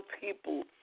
people